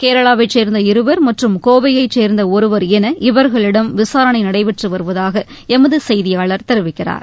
கேரளாவைச் சேர்ந்த இருவர் மற்றும் கோவையைச் சேர்ந்த ஒருவர் என இவர்களிடம் விசாரணை நடைபெற்று வருவதாக எமது செய்தியாளர் தெரிவிக்கிறார்